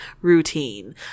routine